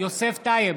יוסף טייב,